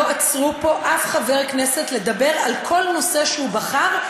לא עצרו פה חבר כנסת מלדבר על כל נושא שהוא בחר,